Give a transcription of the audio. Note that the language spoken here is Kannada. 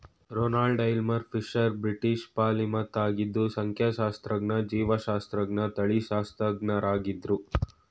Ronald Aylmer Fisher British polymath ಆಗಿದ್ದು ಸಂಖ್ಯಾಶಾಸ್ತ್ರಜ್ಞ ಜೀವಶಾಸ್ತ್ರಜ್ಞ ತಳಿಶಾಸ್ತ್ರಜ್ಞರಾಗಿದ್ರು